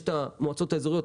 יש את המועצות האזוריות.